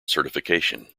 certification